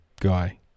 guy